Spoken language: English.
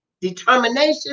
determination